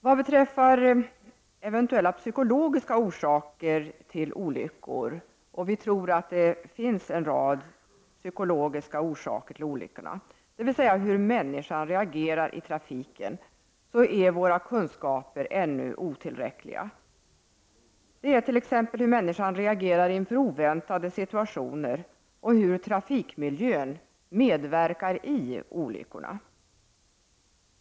Vad beträffar eventuella psykologiska orsaker till olyckor — vi tror att det finns en rad sådana orsaker, som har samband med hur människan reagerar i trafiken — är våra kunskaper ännu otillräckliga. Det gäller t.ex. hur människan reagerar inför oväntade situationer och hur trafikmiljön medverkar i olyckorna.